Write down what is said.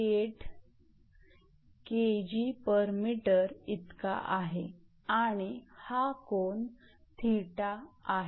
078 𝐾𝑔𝑚 इतका आहे आणि हा कोन 𝜃 आहे